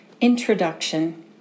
Introduction